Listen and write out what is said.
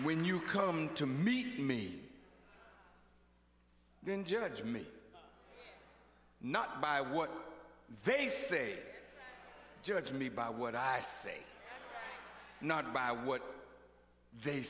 when you come to meet me then judge me not by what they say judge me by what i see not by what they